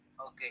okay